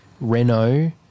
Renault